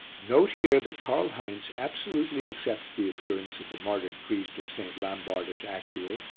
note here that karl heinz absolutely accepts the appearance of the martyred priest of st. lambart as actual,